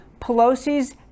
Pelosi's